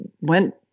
went